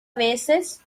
veces